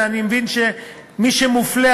אני מבין שמי שמופלה,